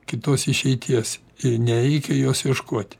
kitos išeities ir nereikia jos ieškoti